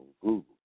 Google